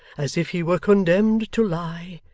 as if he were condemned to lie,